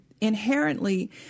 inherently